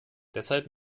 deshalb